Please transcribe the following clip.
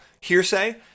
hearsay